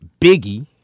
Biggie